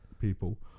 people